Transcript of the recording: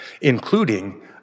including